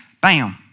bam